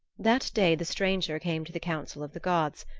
that day the stranger came to the council of the gods,